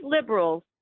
liberals